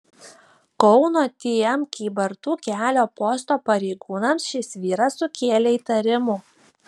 kauno tm kybartų kelio posto pareigūnams šis vyras sukėlė įtarimų